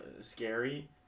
scary